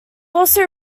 also